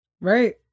Right